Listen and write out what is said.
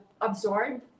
absorbed